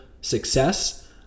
success